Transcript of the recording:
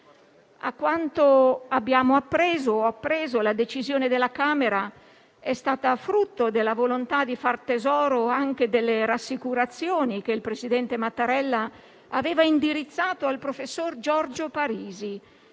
A quanto ho appreso, la decisione della Camera è stata frutto della volontà di far tesoro anche delle rassicurazioni che il presidente Mattarella aveva indirizzato al professor Giorgio Parisi,